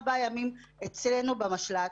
ארבעה ימים אצלנו במשל"ט,